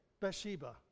Bathsheba